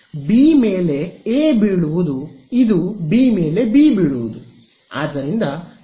B ಮೇಲೆ A ಬೀಳುವುದು ಇದು ಬಿ ಮೇಲೆ ಬಿ ಬೀಳುವುದು